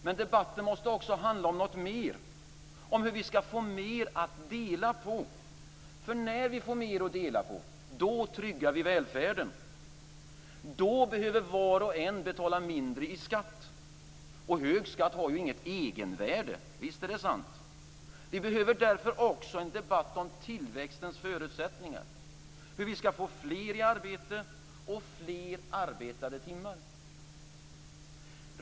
Men debatten måste också handla om någonting mera, om hur vi skall få mer att dela på. När vi får mer att dela på, då tryggar vi välfärden och då behöver var och en betala mindre i skatt. Hög skatt har inget egenvärde. Visst är det sant! Vi behöver därför också en debatt om tillväxtens förutsättningar, om hur vi skall få fler i arbete och få fler arbetade timmar.